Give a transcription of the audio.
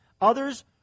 Others